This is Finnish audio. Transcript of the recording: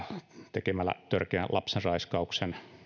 tekemällä törkeä lapsenraiskaus